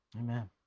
Amen